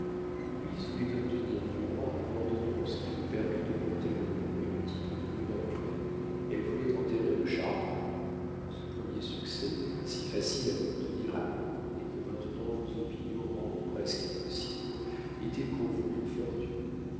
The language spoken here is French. louise voulait obtenir du roi une ordonnance qui vous permît de porter le nom et le titre de rubempré elle voulait enterrer le chardon ce premier succès si facile à obtenir alors et que maintenant vos opinions rendent presque impossible était pour vous une fortune